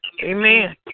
Amen